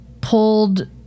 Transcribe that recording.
pulled